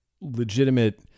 legitimate